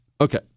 Okay